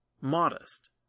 modest